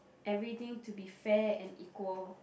everything to be fair and equal